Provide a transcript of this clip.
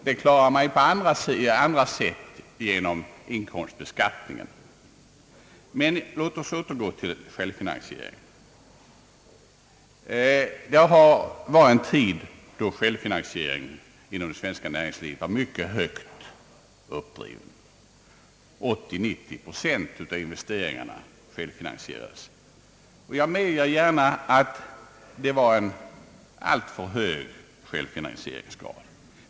Den klarar man på andra sätt genom inkomstbeskattningen, Låt oss återgå till självfinansieringen. Det har varit en tid då den inom det svenska näringslivet varit mycket högt uppdriven — 80 till 90 procent av investeringarna självfinansierades. Jag medger gärna att det var en alltför hög självfinansieringsgrad.